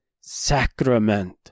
sacrament